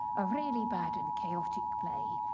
a really bad and chaotic play,